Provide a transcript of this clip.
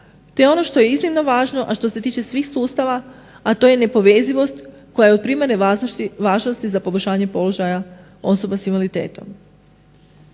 te ono što je iznimno važno a što se tiče svih sustava a to je nepovezivost koja je od primarne važnosti za poboljšanje položaja osoba s invaliditetom.